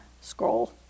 scroll